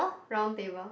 round table